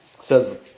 says